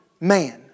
man